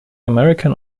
american